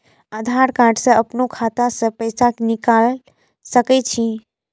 आधार कार्ड से अपनो खाता से पैसा निकाल सके छी?